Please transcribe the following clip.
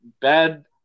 bad